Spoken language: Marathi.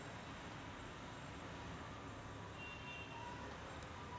डेबिट कार्डचा पिन बदलणे खूप कठीण आणि गुंतागुंतीचे आहे